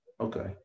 okay